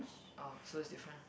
oh so is different ah